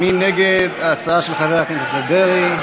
מי נגד ההצעה של חבר הכנסת דרעי?